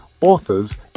authors